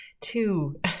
two